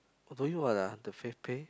doing what ah the FavePay